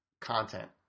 content